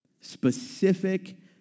specific